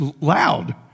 loud